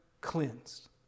cleansed